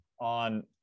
On